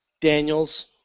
Daniels